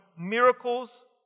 miracles